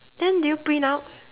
then did you print out